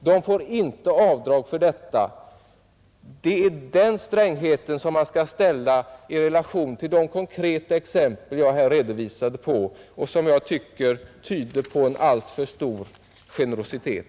De får inte avdrag för detta, och det är den strängheten som man skall ställa i relation till de konkreta exempel jag här redovisade och som jag tycker tyder på en alltför stor generositet.